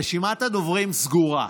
רשימת הדוברים סגורה.